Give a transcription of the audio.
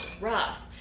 rough